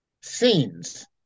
scenes